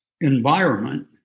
environment